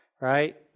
right